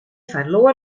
verloor